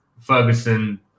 Ferguson